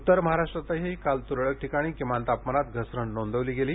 उत्तर महाराष्ट्रातही काल त्रळक ठिकाणी किमान तापमानात घसरण नोंदवली गेली